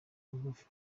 bugufi